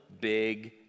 big